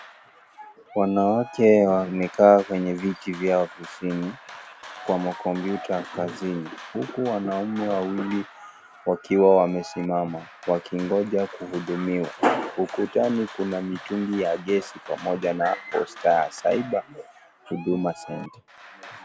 Wanawake wamekaa kwenye viti vya ofisini kwa ma kompyuta kazini. Huku wanaume wawili wakiwa wamesimama wakingoja kuhudumiwa. Ukutani kuna mitungi ya gesi pamoja na posta ya cyber huduma center.